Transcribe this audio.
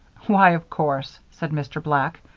why, of course, said mr. black.